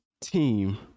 team